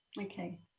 okay